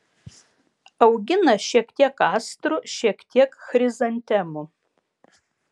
augina šiek tiek astrų šiek tiek chrizantemų